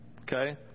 Okay